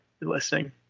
listening